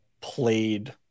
played